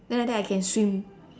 then like that I can swim